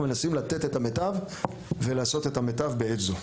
אנחנו מנסים לתת את המיטב ולעשות את המיטב בעת זו.